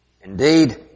Indeed